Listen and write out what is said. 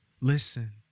Listen